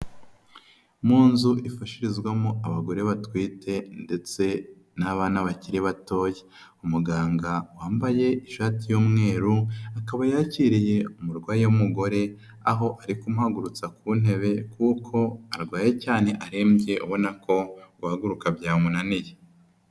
Mu nzu ifashirizwamo abagore batwite ndetse n'abana bakiri batoya, umuganga wambaye ishati y'umweru, akaba yakiriye umurwayi w'umugore, aho ari kumuhagurutsa ku ntebe kuko arwaye cyane arembye, ubona ko guhaguruka byamunaniye.